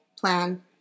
plan